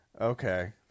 Okay